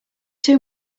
too